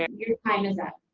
you're you're time is up.